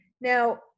Now